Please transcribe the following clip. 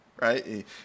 right